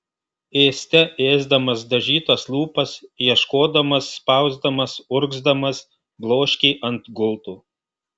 ėste ėsdamas dažytas lūpas ieškodamas spausdamas urgzdamas bloškė ant gulto